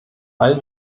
all